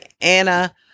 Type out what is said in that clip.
Anna